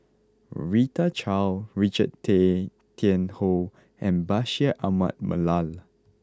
Rita Chao Richard Tay Tian Hoe and Bashir Ahmad Mallal